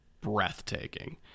breathtaking